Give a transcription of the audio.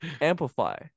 Amplify